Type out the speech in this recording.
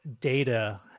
data